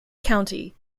county